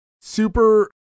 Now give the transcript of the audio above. super